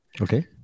okay